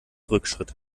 rückschritt